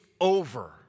over